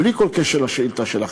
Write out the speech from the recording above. בלי כל קשר לשאילתה שלך,